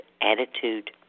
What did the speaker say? attitude